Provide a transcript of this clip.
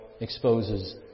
exposes